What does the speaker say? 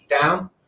down